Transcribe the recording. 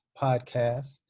podcast